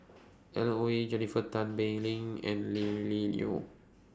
Alan Oei Jennifer Tan Bee Leng and Lily Neo